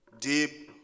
Deep